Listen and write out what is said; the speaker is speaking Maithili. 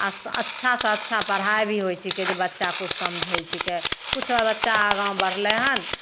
आओर अच्छासे अच्छा पढ़ाइ भी होइ छिकै जे बच्चा किछु समझै छिकै किछु बच्चा आगाँ बढ़लै हँ